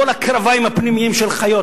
כל הקרביים הפנימיים של חיות,